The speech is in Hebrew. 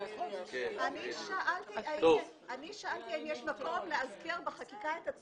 אני שאלתי האם יש מקום לאזכר בחקיקה את הצורך.